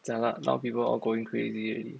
jialat now people all going crazy